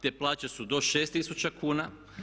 Te plaće su do 6000 kuna.